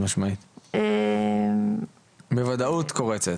בוודאות קורצת.